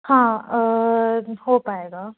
हाँ हो पाएगा